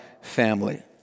family